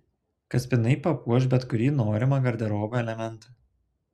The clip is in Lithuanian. kaspinai papuoš bet kurį norimą garderobo elementą